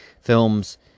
films